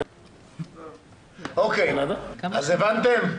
אוקיי, אז הבנתם?